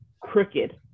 crooked